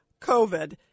covid